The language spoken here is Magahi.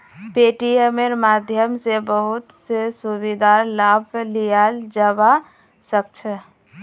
पेटीएमेर माध्यम स बहुत स सुविधार लाभ लियाल जाबा सख छ